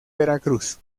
veracruz